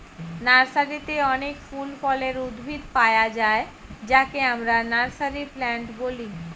নার্সারিতে অনেক ফল ফুলের উদ্ভিদ পায়া যায় যাকে আমরা নার্সারি প্লান্ট বলি